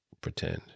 pretend